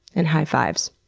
and high fives.